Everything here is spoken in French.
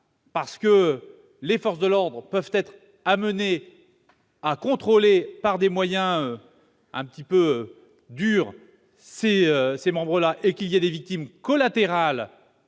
parce que les forces de l'ordre peuvent être amenées à contrôler par des moyens un petit peu durs ces individus et qu'il peut y avoir des victimes collatérales